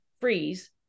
freeze